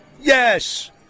yes